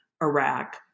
Iraq